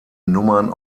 nummern